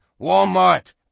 Walmart